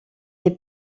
est